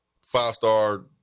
five-star